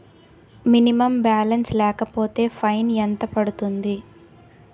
Minimum balance లేకపోతే fine ఎంత పడుతుంది?